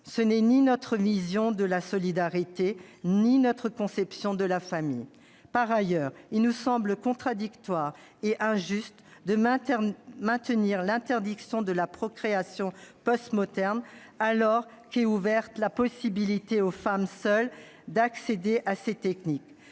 Ce n'est ni notre vision de la solidarité ni notre conception de la famille. Par ailleurs, il nous semble contradictoire et injuste de maintenir l'interdiction de la procréation, alors qu'est offerte aux femmes seules la possibilité d'accéder à ces techniques.